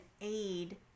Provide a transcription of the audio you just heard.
aid